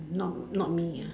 not not me ah